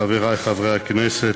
חברי חברי הכנסת,